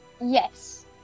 yes